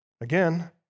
Again